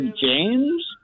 James